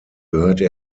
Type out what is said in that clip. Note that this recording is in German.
gehörte